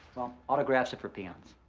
autographs are for peons.